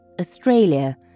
Australia